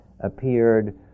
appeared